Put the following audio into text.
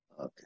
Okay